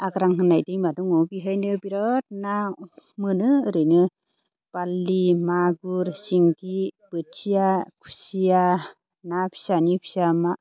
आग्रां होननाय दैमा दङ बेवहायनो बिराद ना मोनो ओरैनो बारलि मागुर सिंगि बोथिया खुसिया ना फिसानि फिसा मा